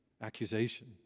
accusation